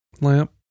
Lamp